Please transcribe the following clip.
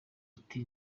ati